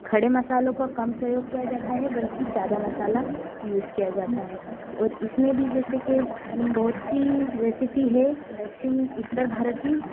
खड़े मसालों का कम प्रयोग किया जाता है बल्कि ज़्यादा मसाला यूज़ किया जाता है और इसमें भी जैसे की बहुत सी रेसिपी है दक्षिण उत्तर भारत में